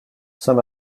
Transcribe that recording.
saint